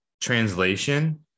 translation